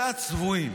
זה הצבועים.